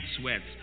sweats